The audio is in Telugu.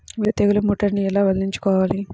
మీరు తెగులు ముట్టడిని ఎలా వదిలించుకోవాలి?